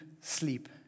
sleep